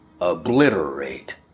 obliterate